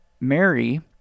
Mary